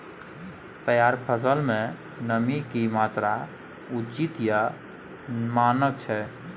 तैयार फसल में नमी के की मात्रा उचित या मानक छै?